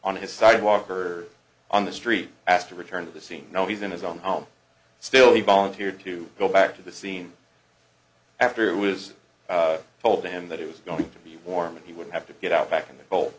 on his sidewalk or on the street asked to return to the scene now he's in his own home still he volunteered to go back to the scene after it was told him that it was going to be warm and he would have to get out back in the hol